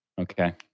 Okay